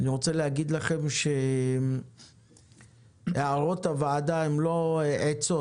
אני רוצה להגיד לכם שהערות הוועדה הן לא עצות